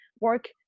work